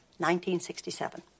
1967